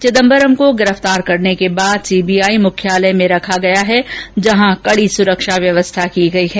चिदंबरम को गिरफ्तार करने के बाद सीबीआई मुख्यालय में रखा गया ह जहां कड़ी सुरक्षा व्यवस्था की गई है